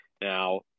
Now